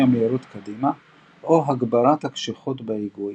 המהירות קדימה או הגברת הקשיחות בהיגוי,